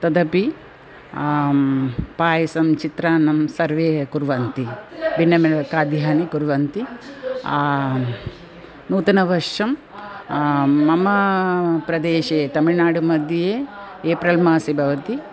तदपि आं पायसं चित्रान्नं सर्वे कुर्वन्ति भिन्नमेव खाद्यानि कुर्वन्ति नूतनवर्षं मम प्रदेशे तमिळ्नाडुमध्ये एप्रिल्मासे भवति